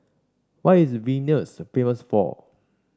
what is Vilnius famous for